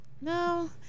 No